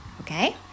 okay